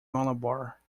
malabar